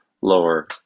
lower